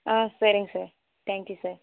ஆ சரிங்க sir thank you sir